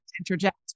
interject